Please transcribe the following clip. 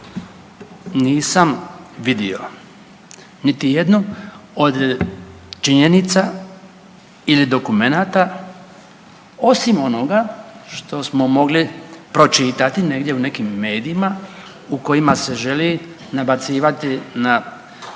nisam vidio niti jednu od činjenica ili dokumenata osim onoga što smo mogli pročitati negdje u nekim medijima u kojima se želi nabacivati na